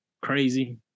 crazy